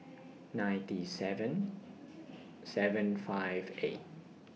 ninety seven seven five eight